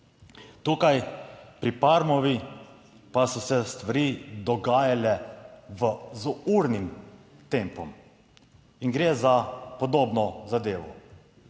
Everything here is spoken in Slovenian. Tukaj pri Parmovi pa so se stvari dogajale v z urnim tempom in gre za podobno zadevo.